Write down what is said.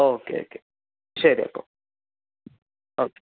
okay okay ശരി അപ്പോൾ okay